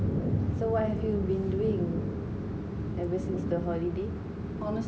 so what have you been doing ever since the holiday